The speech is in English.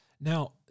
Now